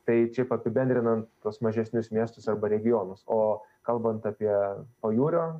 tai čia apibendrinant tuos mažesnius miestus arba regionus o kalbant apie pajūrio